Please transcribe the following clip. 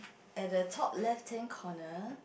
at the top left hand corner